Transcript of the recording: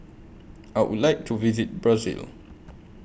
I Would like to visit Brazil